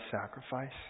sacrifice